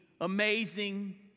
amazing